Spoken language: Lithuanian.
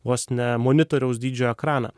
vos ne monitoriaus dydžio ekraną